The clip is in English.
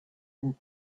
and